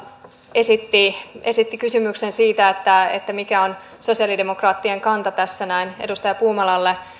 esitti esitti kysymyksen siitä mikä on sosialidemokraattien kanta tässä näin edustaja puumalalle